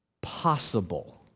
possible